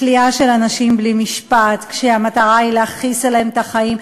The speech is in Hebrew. כליאה של אנשים בלי משפט כשהמטרה היא להכעיס עליהם את החיים.